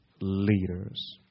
leaders